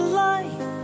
life